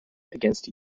against